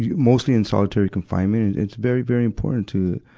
mostly in solitary confinement. it's very, very important to,